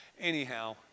Anyhow